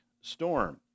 storm